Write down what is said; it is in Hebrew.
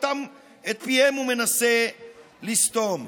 ואת פיהם הוא מנסה לסתום,